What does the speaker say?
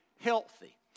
healthy